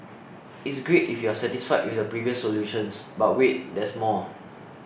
it's great if you're satisfied with the previous solutions but wait there's more